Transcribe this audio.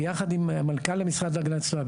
ויחד עם המנכ"ל למשרד להגנת הסביבה,